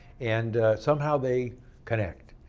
and somehow they connect.